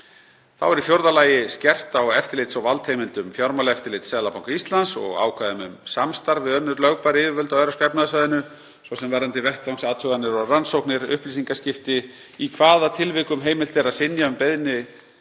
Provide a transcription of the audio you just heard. Þá er í fjórða lagi skerpt á eftirlits- og valdheimildum Fjármálaeftirlits Seðlabanka Íslands og ákvæðum um samstarf við önnur lögbær yfirvöld á Evrópska efnahagssvæðinu, svo sem varðandi vettvangsathuganir og rannsóknir, upplýsingaskipti, í hvaða tilvikum heimilt er að synja beiðni